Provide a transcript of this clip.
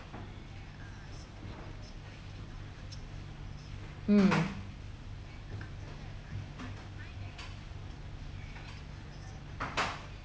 mm